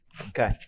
okay